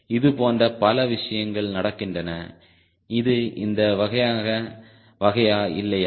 இது போன்ற பல விஷயங்கள் நடக்கின்றன இது இந்த வகையா இல்லையா